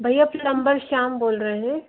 भैया प्लंबर श्याम बोल रहें हैं